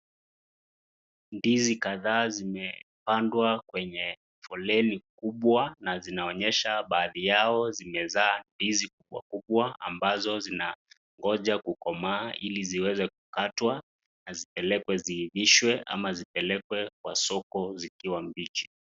Ndizi kadhaa zimepandwa kwenye foleni kubwa na zinaonyesha badhii Yao zimezaa ndizi kubwakubwa ambazo zinangoja kukomaa ili ziweze kukatwa na zibelekwe zilipishwe ama zipelekwe Kwa soko zikiwa mbichi.